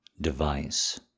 device